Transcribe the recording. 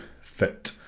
fit